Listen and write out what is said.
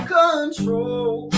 control